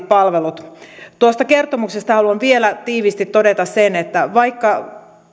palvelut kustannustehokkaasti tuosta kertomuksesta haluan vielä tiiviisti todeta sen että vaikka